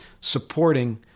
supporting